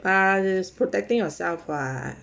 !aiya! put better yourself [what]